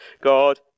God